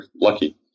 lucky